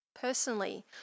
personally